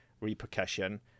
repercussion